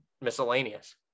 miscellaneous